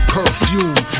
Perfume